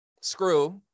screw